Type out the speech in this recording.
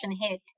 hit